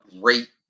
great